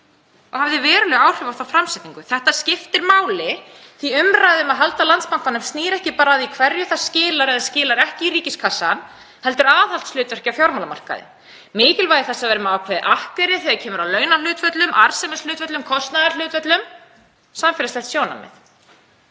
Það hafði veruleg áhrif á þá framsetningu. Þetta skiptir máli því að umræða um að halda Landsbankanum snýr ekki bara að því hverju það skilar eða skilar ekki í ríkiskassann heldur líka aðhaldshlutverki á fjármálamarkaði, mikilvægi þess að vera með ákveðið akkeri þegar kemur að launahlutföllum, arðsemishlutföllum, kostnaðarhlutföllum, samfélagslegu sjónarmiði.